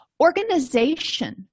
Organization